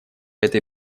этой